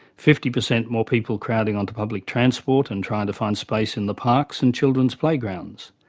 fifty percent more people crowding on to public transport and trying to find space in the parks and children's playgrounds?